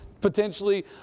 potentially